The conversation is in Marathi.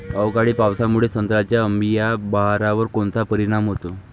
अवकाळी पावसामुळे संत्र्याच्या अंबीया बहारावर कोनचा परिणाम होतो?